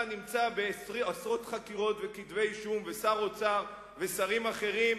נמצא בעשרות חקירות וכתבי אישום ושר האוצר ושרים אחרים,